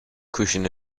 cushion